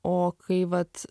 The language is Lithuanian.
o kai vat